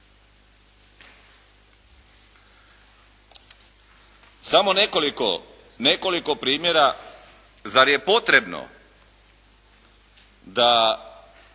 Samo nekoliko primjera. Zar je potrebno da